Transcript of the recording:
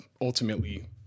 ultimately